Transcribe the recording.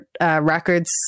records